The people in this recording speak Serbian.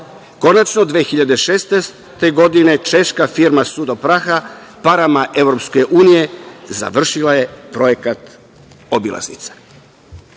pruge. Konačno, 2016. godine češka firma „Sudopraha“ parama EU završila je projekat obilaznice.